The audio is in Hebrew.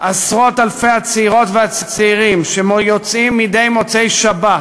עשרות-אלפי הצעירות והצעירים שיוצאים מדי מוצאי-שבת,